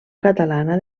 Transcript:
catalana